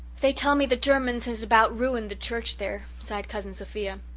they tell me the germans has about ruined the church there, sighed cousin sophia.